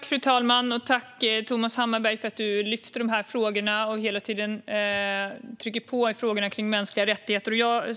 Fru talman! Tack till Thomas Hammarberg som lyfter upp de här frågorna och hela tiden trycker på när det gäller mänskliga rättigheter!